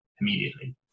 immediately